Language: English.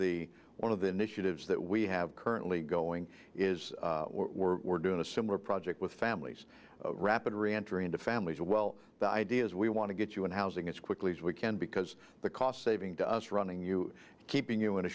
the one of the initiatives that we have currently going is we're doing a similar project with families rapid reentry into families well the idea is we want to get you in housing as quickly as we can because the cost saving to us running you keeping you in a